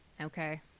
Okay